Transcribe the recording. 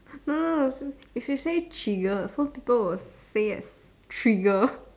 no no no you should say chiggers so people will say as trigger